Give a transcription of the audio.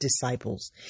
disciples